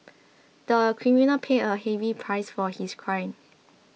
the criminal paid a heavy price for his crime